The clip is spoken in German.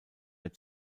mehr